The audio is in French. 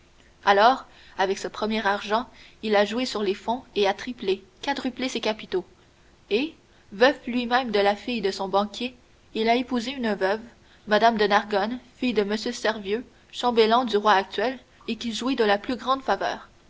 alors avec ce premier argent il a joué sur les fonds et a triplé quadruplé ses capitaux et veuf lui-même de la fille de son banquier il a épousé une veuve mme de nargonne fille de m servieux chambellan du roi actuel et qui jouit de la plus grande faveur